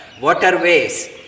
waterways